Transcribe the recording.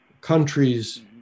countries